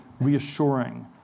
reassuring